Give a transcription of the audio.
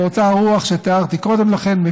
באותה רוח שתיארתי קודם לכן,